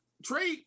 Trey